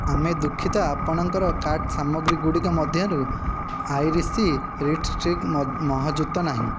ଆମେ ଦୁଃଖିତ ଆପଣଙ୍କର କାର୍ଟ୍ ସାମଗ୍ରୀଗୁଡ଼ିକ ମଧ୍ୟରୁ ଆଇରିସ୍ ରିଡ୍ ଷ୍ଟିକ୍ସ୍ ମହଜୁଦ ନାହିଁ